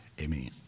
amen